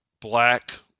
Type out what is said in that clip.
black